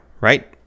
right